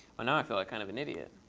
now i feel like kind of an idiot.